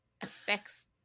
affects